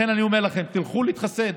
לכן אני אומר לכם: תלכו להתחסן,